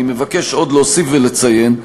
אני מבקש עוד להוסיף ולציין,